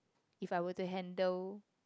if I were to handle